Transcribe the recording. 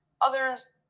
others